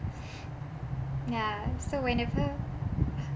ya so whenever